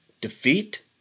Defeat